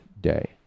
day